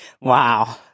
Wow